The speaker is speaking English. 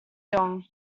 dong